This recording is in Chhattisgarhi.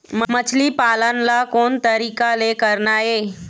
मछली पालन ला कोन तरीका ले करना ये?